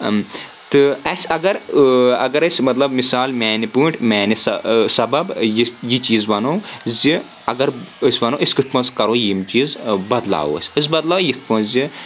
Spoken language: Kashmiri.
تہٕ اَسہِ اگر اگر اَسہِ مطلب مثال میانہِ پٲٹھۍ میانہِ سبب یہِ چیٖز وَنو زِ اگر أسۍ وَنو أسۍ کتھ منٛز کرو یِم چیٖز بدلاوو أسۍ أسۍ بَدلاوو یِتھ پٲٹھۍ زِ